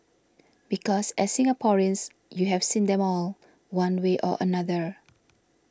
because as Singaporeans you have seen them all one way or another